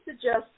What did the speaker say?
suggest